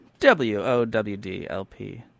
WOWDLP